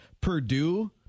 Purdue